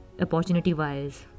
Opportunity-wise